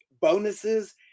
bonuses